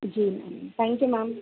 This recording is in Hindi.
ji ma'am thank you ma'am